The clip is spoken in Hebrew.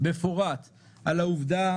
מפורט על העובדה,